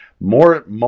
more